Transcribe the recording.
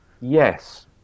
Yes